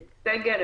הסגר,